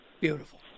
Beautiful